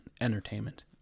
entertainment